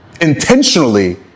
intentionally